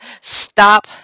stop